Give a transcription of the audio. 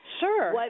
Sure